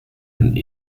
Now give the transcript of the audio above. and